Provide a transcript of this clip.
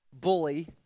bully